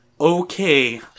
Okay